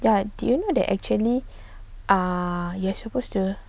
ya do you know that actually are you are supposed to